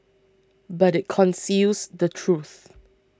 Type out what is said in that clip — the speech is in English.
but it conceals the truth